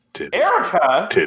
Erica